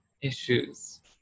issues